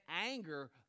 anger